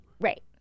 Right